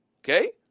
Okay